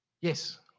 Yes